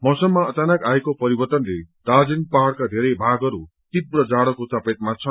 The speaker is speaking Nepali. मौसममा अचानक आएको परिवर्त्तनले दार्जीलिङ पहाड़का धेरै भागहरू तीव्र जाड़ोको चपेटमा छन्